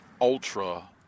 ultra